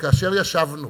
שכאשר ישבנו